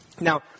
Now